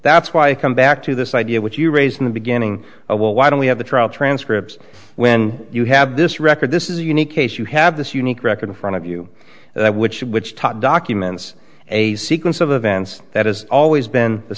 that's why i come back to this idea which you raised in the beginning of well why don't we have the trial transcript when you have this record this is a unique case you have this unique record in front of you which which taught documents a sequence of events that has always been the